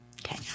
Okay